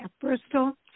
Bristol